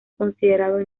considerado